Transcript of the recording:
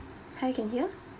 hi can hear